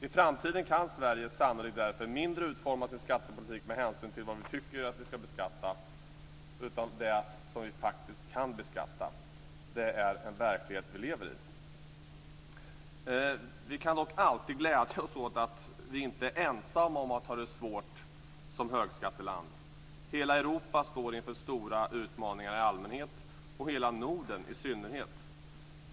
I framtiden kan Sverige sannolikt därför mindre utforma sin skattepolitik med hänsyn till vad vi tycker att vi ska beskatta utan till det vi faktiskt kan beskatta. Det är den verklighet vi lever i. Vi kan dock alltid glädja oss åt att vi inte är ensamma att ha det svårt som högskatteland. Hela Europa i allmänhet och Norden i synnerhet står inför stora utmaningar.